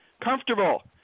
comfortable